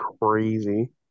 crazy